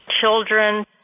children